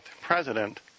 president